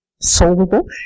solvable